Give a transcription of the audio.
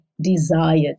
desired